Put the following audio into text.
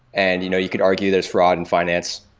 and you know you could argue there's fraud in finance,